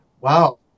Wow